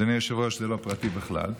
אדוני היושב-ראש, זה לא פרטי בכלל,